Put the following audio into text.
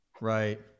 Right